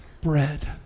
bread